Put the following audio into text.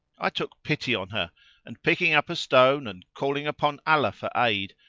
i took pity on her and, picking up a stone and calling upon allah for aid,